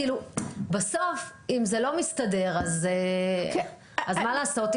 בסוף אם זה לא מסתדר, אז מה לעשות?